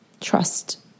trust